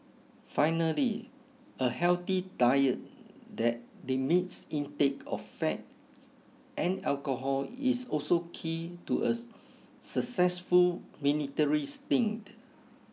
finally a healthy diet that limits intake of fat and alcohol is also key to a successful military stint